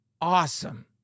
awesome